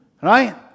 Right